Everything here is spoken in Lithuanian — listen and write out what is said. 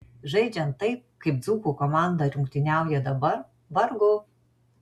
žaidžiant taip kaip dzūkų komanda rungtyniauja dabar vargu